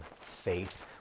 faith